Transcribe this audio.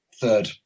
third